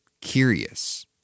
curious